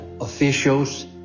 officials